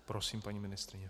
Prosím paní ministryně.